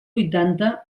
vuitanta